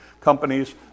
companies